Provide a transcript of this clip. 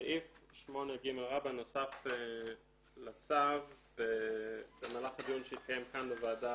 סעיף 8ג רבא נוסף לצו במהלך הדיון שהתקיים כאן בוועדה